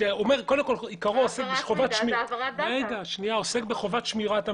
אומר שעוסק בחובת שמירת המידע.